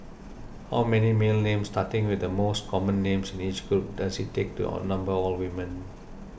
how many male names starting with the most common names in each group does it take to outnumber all women